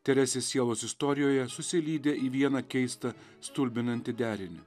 teresės sielos istorijoje susilydė į vieną keistą stulbinantį derinį